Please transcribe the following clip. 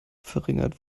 verringert